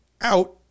Out